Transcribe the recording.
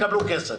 יקבלו כסף?